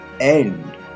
end